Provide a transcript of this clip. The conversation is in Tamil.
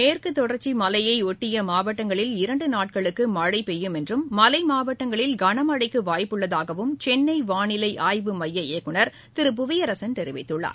மேற்குதொடர்ச்சிமலையை ஒட்டியமாவட்டங்களில் தமிழகத்தில் இரண்டுநாட்களுக்குமழைபெய்யும் என்றும் மலைமாவட்டங்களில் கனமழைக்குவாய்ப்புள்ளதாகவும் சென்னைவாளிலைஆய்வு எமய இயக்குநர் திரு புவியரசன் தெரிவித்துள்ளார்